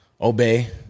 Obey